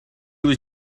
was